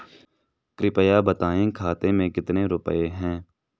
कृपया बताएं खाते में कितने रुपए हैं?